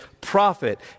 prophet